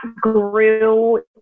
grew